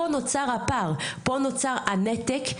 פה נוצר הפער, פה נוצר הנתק.